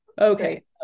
Okay